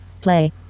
play